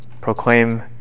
proclaim